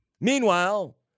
Meanwhile